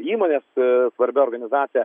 įmone svarbia organizacija